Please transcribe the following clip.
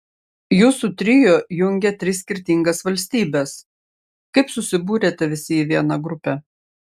jūsų trio jungia tris skirtingas valstybes kaip susibūrėte visi į vieną grupę